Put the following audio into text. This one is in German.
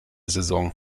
saison